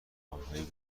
آنهایی